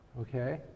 Okay